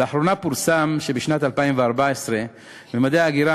לאחרונה פורסם שבשנת 2014 ממדי ההגירה